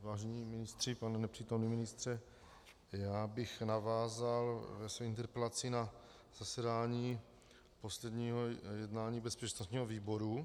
Vážení ministři, pane nepřítomný ministře, já bych navázal ve své interpelaci na zasedání posledního jednání bezpečnostního výboru.